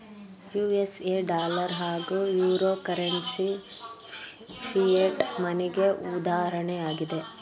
USA dollar ಹಾಗೂ euro currency fiat ಮನಿಗೆ ಉದಾಹರಣೆಯಾಗಿದೆ